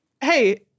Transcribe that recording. hey